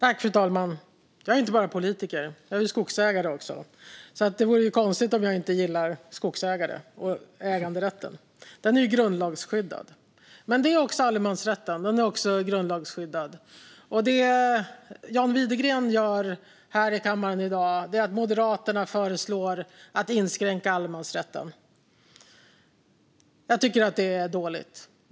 Fru talman! Jag är inte bara politiker; jag är skogsägare också. Det vore alltså konstigt om jag inte gillade skogsägare och äganderätten. Äganderätten är dessutom grundlagsskyddad. Men det är allemansrätten också. John Widegren och Moderaterna föreslår här i kammaren i dag att allemansrätten ska inskränkas, och det tycker jag är dåligt.